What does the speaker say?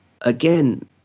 Again